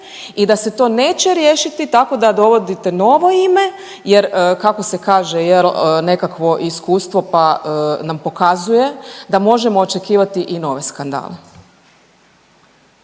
i da se to neće riješiti tako da dovodite novo ime jer kako se kaže jel nekakvo iskustvo, pa nam pokazuje da možemo očekivati i nove skandale.